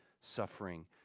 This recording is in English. suffering